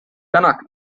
tänak